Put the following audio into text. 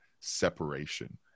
separation